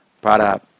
para